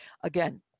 again